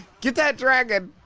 get that dragon!